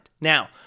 Now